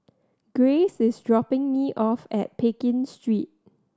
Grayce is dropping me off at Pekin Street